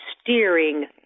steering